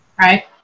right